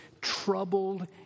troubled